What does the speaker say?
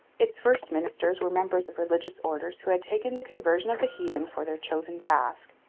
its first ministers were members of religious orders who had taken the conversion of the heathen for their chosen task.